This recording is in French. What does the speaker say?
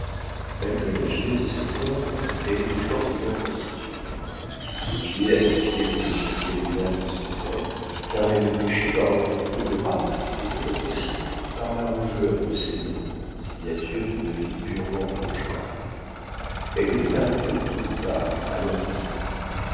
malgré la finesse de ses formes elle était fortement constituée ses pieds accusaient l'origine paysanne de son père car elle péchait par un défaut de race et peut-être aussi par la rougeur de ses mains signature d'une vie purement bourgeoise elle devait arriver tôt ou tard à l'embonpoint